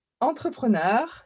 entrepreneur